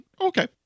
okay